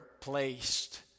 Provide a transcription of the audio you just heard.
placed